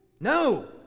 No